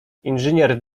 inżynier